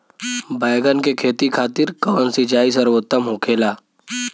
बैगन के खेती खातिर कवन सिचाई सर्वोतम होखेला?